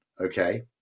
okay